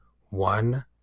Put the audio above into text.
one